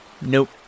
nope